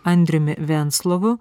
andriumi venclovu